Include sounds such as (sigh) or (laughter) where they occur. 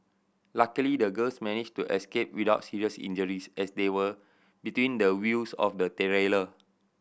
luckily the girls managed to escape without serious injuries as they were between the wheels of the (unintelligible)